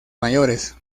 mayores